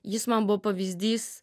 jis man buvo pavyzdys